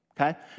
okay